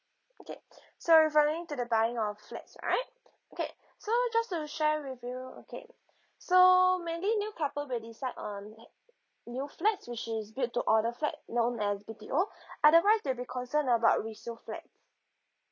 okay so referring to the buying of flats right okay so just to share with you okay so mainly new couple will decide on new flats which is build to order flat known as B_T_O otherwise they'll be concerned about resale flat